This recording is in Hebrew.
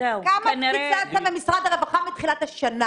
כמה קיצצתם במשרד הרווחה מתחילת השנה